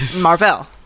Marvel